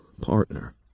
partner